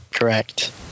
Correct